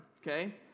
okay